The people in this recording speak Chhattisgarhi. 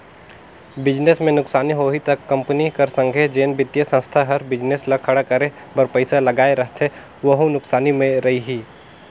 बिजनेस में नुकसानी होही ता कंपनी कर संघे जेन बित्तीय संस्था हर बिजनेस ल खड़ा करे बर पइसा लगाए रहथे वहूं नुकसानी में रइही